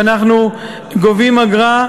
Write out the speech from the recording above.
ואנחנו גובים אגרה,